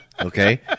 okay